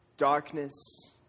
Darkness